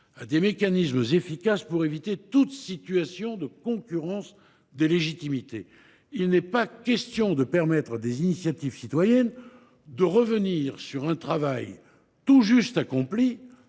à des mécanismes efficaces pour éviter toute situation de concurrence des légitimités : il n’est pas question de permettre à des initiatives citoyennes de revenir sur un travail tout juste accompli